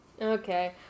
Okay